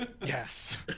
Yes